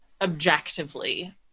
objectively